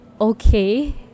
okay